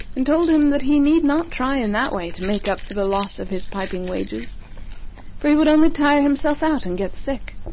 and told him that he need not try in that way to make up for the loss of his piping wages for he would only tire himself out, and get sick.